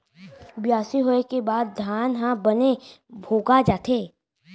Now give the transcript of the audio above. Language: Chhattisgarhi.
बियासी होय के बाद धान ह बने भोगा जाथे